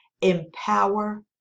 empower